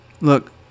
look